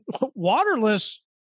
waterless